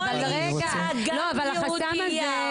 כל אישה גם יהודייה,